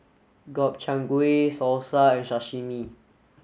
Gobchang Gui Salsa and Sashimi